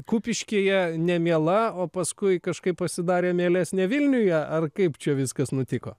kupiškyje nemiela o paskui kažkaip pasidarė mielesnė vilniuje ar kaip čia viskas nutiko